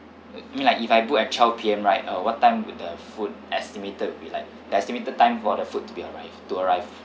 I mean like if I book at twelve P_M right uh what time will the food estimated would be like the estimated the time for the food to be arrived to arrive